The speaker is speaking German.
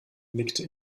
nickte